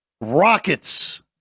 Rockets